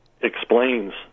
explains